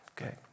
Okay